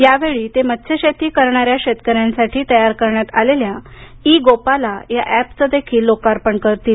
यावेळी ते मत्स्य शेती करणाऱ्या शेतकऱ्यांसाठी तयार करण्यात आलेल्या इ गोपाला या अॅपचंदेखील लोकार्पण करतील